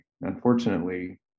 Unfortunately